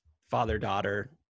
father-daughter